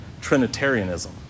Trinitarianism